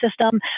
system